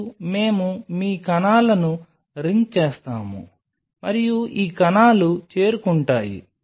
మరియు మేము మీ కణాలను రింగ్ చేస్తాము మరియు ఈ కణాలు చేరుకుంటాయి